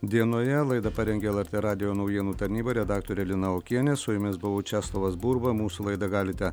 dienoje laidą parengė lrt radijo naujienų tarnyba redaktorė lina okienė su jumis buvau česlovas burba mūsų laidą galite